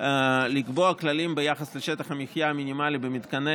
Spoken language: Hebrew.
לקבוע כללים ביחס לשטח המחיה המינימלי במתקני